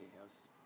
House